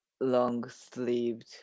long-sleeved